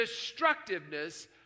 destructiveness